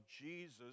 Jesus